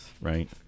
Right